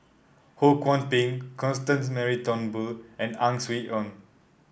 Ho Kwon Ping Constance Mary Turnbull and Ang Swee Aun